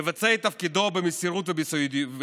מבצע את תפקידו במסירות וביסודיות.